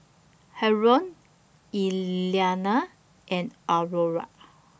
Harold Iliana and Aurora